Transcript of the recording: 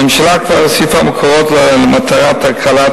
הממשלה כבר הוסיפה מקורות למטרת הקלת